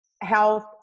health